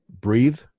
breathe